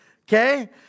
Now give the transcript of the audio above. Okay